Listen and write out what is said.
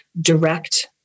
direct